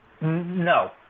No